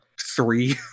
three